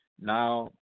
now